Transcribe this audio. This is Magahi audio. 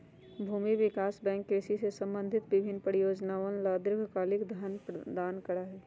भूमि विकास बैंक कृषि से संबंधित विभिन्न परियोजनअवन ला दीर्घकालिक धन प्रदान करा हई